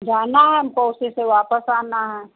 जाना है हमको उसी से वापस आना है